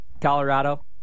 Colorado